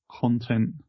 content